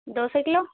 دو سو کلو